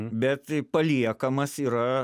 bet paliekamas yra